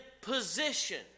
position